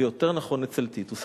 ויותר נכון אצל טיטוס,